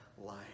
life